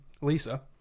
Lisa